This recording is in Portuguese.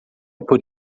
por